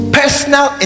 personal